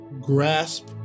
grasp